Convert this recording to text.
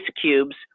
cubes